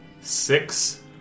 six